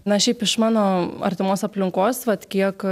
na šiaip iš mano artimos aplinkos vat kiek